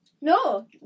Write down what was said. No